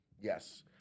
Yes